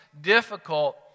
difficult